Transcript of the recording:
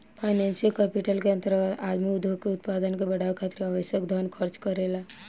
financial capital के अंतर्गत आदमी उद्योग के उत्पादन के बढ़ावे खातिर आवश्यक धन खर्च करेला